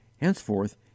Henceforth